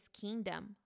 kingdom